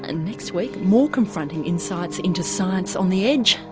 ah next week more confronting insights into science on the edge,